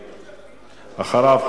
אחריו,